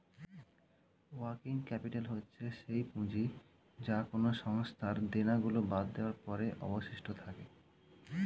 working capital হচ্ছে সেই পুঁজি যা কোনো সংস্থার দেনা গুলো বাদ দেওয়ার পরে অবশিষ্ট থাকে